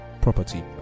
property